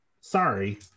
Sorry